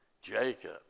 Jacob